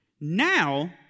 Now